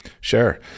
Sure